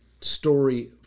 story